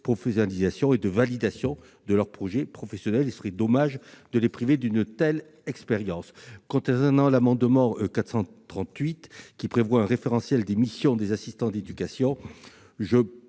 préprofessionnalisation et de validation de leur projet professionnel. Il serait dommage de les priver d'une telle expérience. L'amendement n° 438 rectifié vise un référentiel des missions des assistants d'éducation. Je